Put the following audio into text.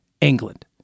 England